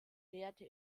lehrte